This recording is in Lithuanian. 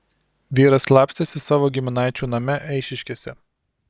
vyras slapstėsi savo giminaičių name eišiškėse